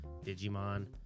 Digimon